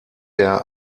der